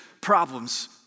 problems